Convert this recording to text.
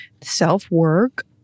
self-work